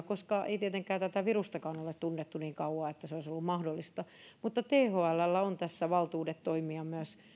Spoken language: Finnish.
koska ei tietenkään tätä virustakaan ole tunnettu niin kauan että se olisi ollut mahdollista thlllä on tässä valtuudet toimia myös